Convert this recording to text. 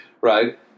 right